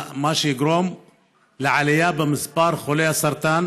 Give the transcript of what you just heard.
מה שיגרום לעלייה במספר חולי הסרטן